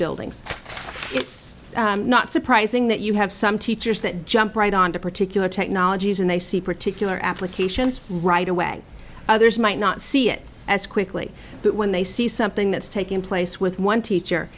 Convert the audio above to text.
buildings it's not surprising that you have some teachers that jump right on to particular technologies and they see particular applications right away others might not see it as quickly but when they see something that's taking place with one teacher